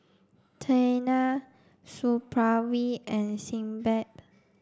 Tena Supravit and Sebamed